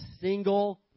single